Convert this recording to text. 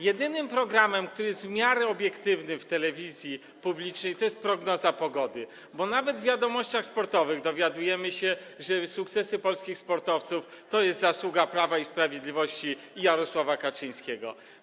Jedynym programem, który jest w miarę obiektywny w telewizji publicznej, jest prognoza pogody, bo nawet w wiadomościach sportowych dowiadujemy się, że sukcesy polskich sportowców to zasługa Prawa i Sprawiedliwości i Jarosława Kaczyńskiego.